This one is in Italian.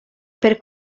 per